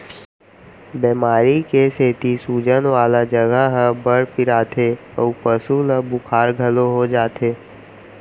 बेमारी के सेती सूजन वाला जघा ह बड़ पिराथे अउ पसु ल बुखार घलौ हो जाथे